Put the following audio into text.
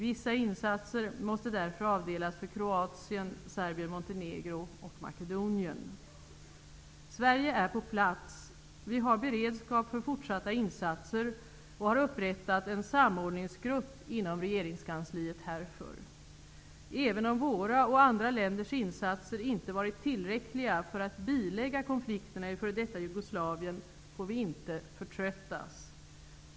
Vissa insatser måste därför avdelas för Sverige är på plats. Vi har beredskap för fortsatta insatser och har upprättat en samordningsgrupp inom regeringskansliet härför. Även om våra och andra länders insatser inte varit tillräckliga för att bilägga konflikterna i f.d. Jugoslavien får vi inte förtröttas.